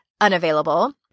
unavailable